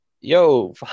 yo